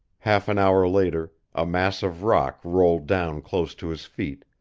half an hour later a mass of rock rolled down close to his feet,